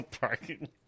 parking